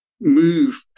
move